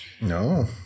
No